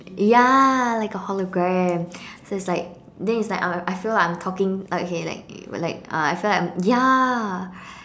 ya like a hologram so it's like then it's like I I feel like i am talking like oh okay like uh like I feel like I'm ya